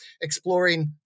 exploring